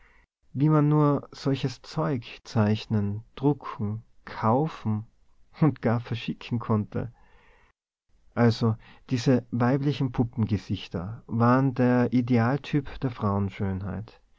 wie man nur solches zeug zeichnen drucken kaufen und gar verschicken konnte also diese weiblichen puppengesichter waren der idealtyp der